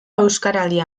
euskaraldia